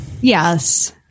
Yes